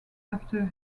after